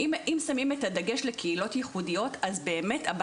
אני חושבת שאם שמים את הדגש על קהילות ייחודיות הבית